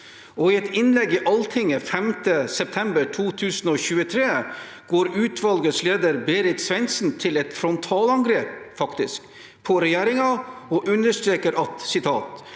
I et innlegg i Altinget 5. september 2023 går utvalgets leder, Berit Svendsen, faktisk til et frontalangrep på regjeringen og understreker: